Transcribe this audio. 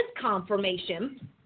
confirmation